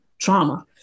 trauma